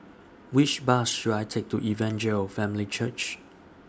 Which Bus should I Take to Evangel Family Church